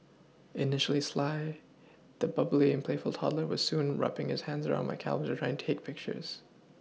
initially sly the bubbly and playful toddler was soon wrapPing his hands round my camera to try to take pictures